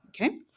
Okay